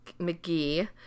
McGee